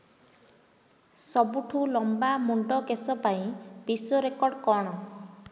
ସବୁଠୁ ଲମ୍ବା ମୁଣ୍ଡ କେଶ ପାଇଁ ବିଶ୍ୱ ରେକର୍ଡ଼ କ'ଣ